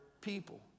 people